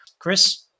Chris